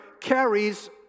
carries